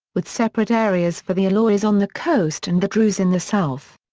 with separate areas for the alawis on the coast and the druze in the south.